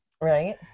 right